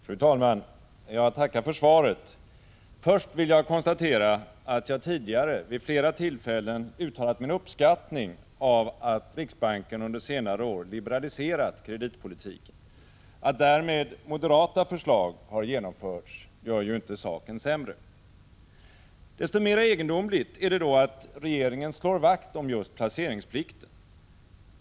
Fru talman! Jag tackar för svaret. Först vill jag konstatera att jag tidigare vid flera tillfällen har uttalat min uppskattning av att riksbanken under senare år har liberaliserat kreditpolitiken. Att därmed moderata förslag har genomförts gör inte saken sämre. Det är då desto mer egendomligt att regeringen slår vakt om just placeringsplikten.